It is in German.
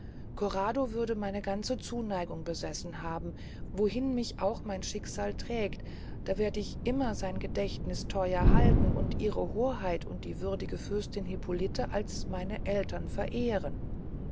corrado würde meine ganze zuneigung besessen haben und wohin mich auch mein schicksal trägt da werd ich immer sein gedächtnis theuer halten und ihre hoheit und die würdige fürstin hippolite als meine eltern verehren